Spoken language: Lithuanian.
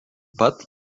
pat